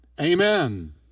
Amen